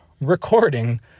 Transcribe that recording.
recording